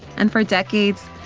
and for decades,